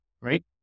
right